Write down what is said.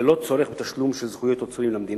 ללא צורך בתשלום של זכויות יוצרים למדינה.